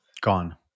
gone